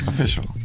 Official